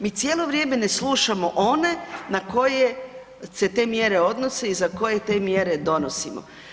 Mi cijelo vrijeme ne slušamo one na koje se te mjere odnose i za koje te mjere donosimo.